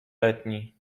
letni